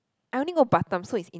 I only go Batam so it's in